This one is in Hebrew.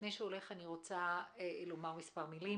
בתוך כל זה גם לאיגוד אין סמכות כמובן לפעול מחוץ לשטח שלו,